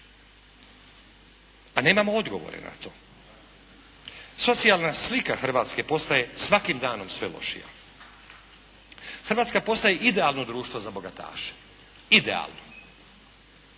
Pa nemamo odgovore na to. Socijalna slika Hrvatske postaje svakim danom sve lošija. Hrvatska postaje idealno društvo za bogataše, idealno.